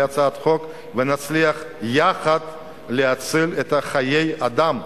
הצעת החוק ונצליח יחד להציל חיי אדם.